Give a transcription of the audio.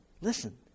listen